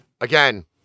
Again